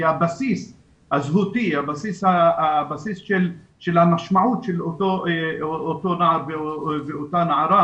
כי הבסיס של המשמעות של אותו נער ונערה,